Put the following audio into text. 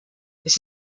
this